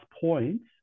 points